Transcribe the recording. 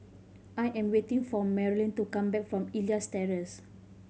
I am waiting for Marylyn to come back from Elias Terrace